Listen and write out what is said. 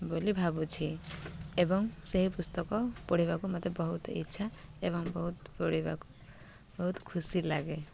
ବୋଲି ଭାବୁଛି ଏବଂ ସେହି ପୁସ୍ତକ ପଢ଼ିବାକୁ ମୋତେ ବହୁତ ଇଚ୍ଛା ଏବଂ ବହୁତ ପଢ଼ିବାକୁ ବହୁତ ଖୁସି ଲାଗେ